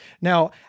Now